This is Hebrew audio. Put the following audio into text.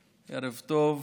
ערב טוב.